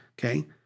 Okay